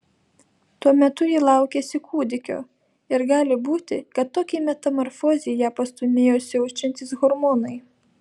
tuo metu ji laukėsi kūdikio ir gali būti kad tokiai metamorfozei ją pastūmėjo siaučiantys hormonai